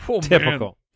Typical